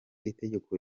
itegeko